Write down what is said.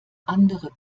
andere